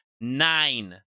nine